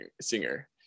Singer